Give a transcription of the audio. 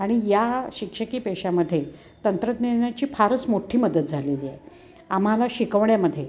आणि या शिक्षकी पेशामध्ये तंत्रज्ञानाची फारच मोठी मदत झालेली आहे आम्हाला शिकवण्यामध्ये